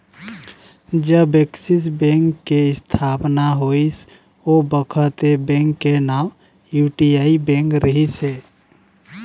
जब Axis bank के इस्थापना होइस ओ बखत ऐ बेंक के नांव यूटीआई बेंक रिहिस हे